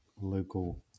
local